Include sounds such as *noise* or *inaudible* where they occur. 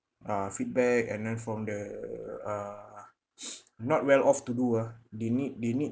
uh feedback and then from the uh *breath* not well-off to do ah they need they need